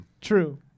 True